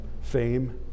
fame